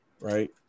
right